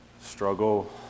struggle